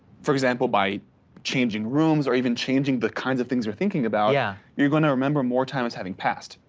for example, by changing rooms, or even changing the kinds of things you're thinking about, yeah you're gonna remember more time as having passed.